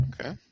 Okay